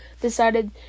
Decided